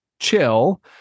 Chill